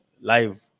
live